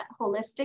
holistic